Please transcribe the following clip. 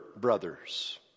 brothers